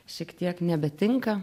šiek tiek nebetinka